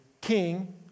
king